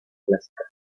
clásica